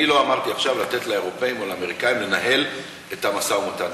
אני לא אמרתי עכשיו לתת לאירופים או לאמריקאים לנהל את המשא-ומתן.